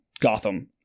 Gotham